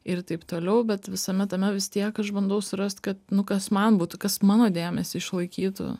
ir taip toliau bet visame tame vis tiek aš bandau surast kad nu kas man būtų kas mano dėmesį išlaikytų